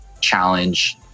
challenge